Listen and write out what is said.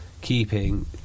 keeping